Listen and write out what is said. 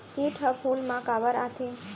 किट ह फूल मा काबर आथे?